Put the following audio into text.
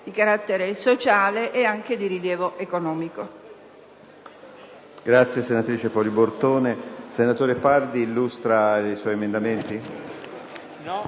di carattere sociale e anche di rilievo economico.